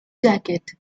jacket